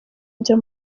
njya